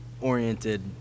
oriented